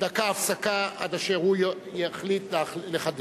דקה הפסקה עד אשר הוא יחליט לחדש.